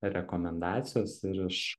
rekomendacijos ir iš